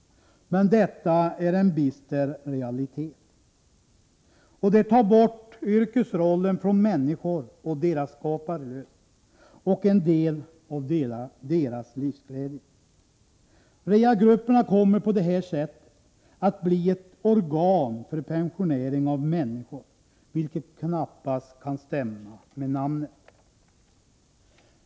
Men detta är en bister realitet. Det tar bort yrkesrollen från människor och deras skaparlust, och en del av deras livsglädje. Rehabgrupperna kommer på det sättet att bli ett organ för pensionering av människor, vilket knappast kan stämma med namnet.